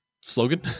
slogan